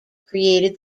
created